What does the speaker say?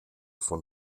von